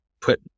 put